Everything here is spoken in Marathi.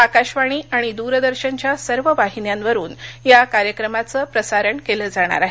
आकाशवाणी आणि द्रदर्शनच्या सर्व वाहिन्यांवरून या कार्यक्रमाचं प्रसारण केलं जाणार आहे